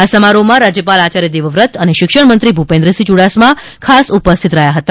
આ સમારોહમાં રાજ્યપાલ આચાર્ય દેવવ્રત અને શિક્ષણ મંત્રી ભૂપેન્દ્ર યુડાસમા ખાસ ઉપસ્થિત રહ્યા હતા